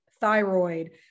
thyroid